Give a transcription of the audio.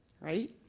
right